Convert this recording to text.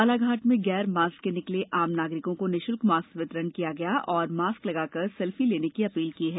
बालाघाट में गैर मास्क के निकले आम नागरिकों को निःशुल्क मास्क वितरण किया गया और मास्क लगाकर सेल्फी लेने की अपील की है